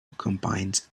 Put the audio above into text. combines